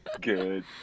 Good